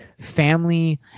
family